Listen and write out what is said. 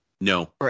No